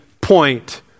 point